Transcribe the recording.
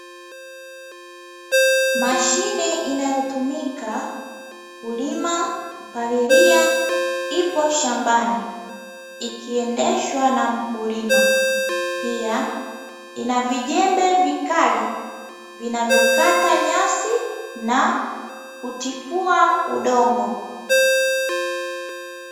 Mashine inayotumika kulima, kupalilia ipo shambani ikiendeshwa na mkulima pia, ina vijembe vikali vinavyokata nyasi na kutifua udongo.